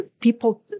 people